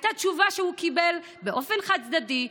הייתה תשובה שהוא קיבל באופן חד-צדדי,